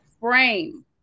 frame